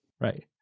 Right